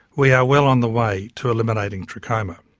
we are well on the way to eliminate and trachoma.